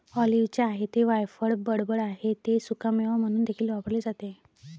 ऑलिव्हचे आहे ते वायफळ बडबड आहे ते सुकामेवा म्हणून देखील वापरले जाते